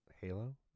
Halo